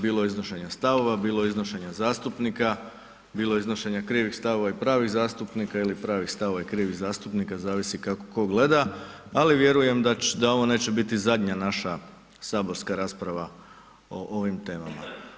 Bilo je iznošenja stavova, bilo je iznošenje zastupnika, bilo je iznošenja krivih stavova i pravih zastupnika, ili pravih stavova i krivih zastupnika, zavisi kako tko gleda, ali vjerujem da će, ovo neće biti zadnja naša saborska rasprava o ovim temama.